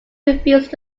refused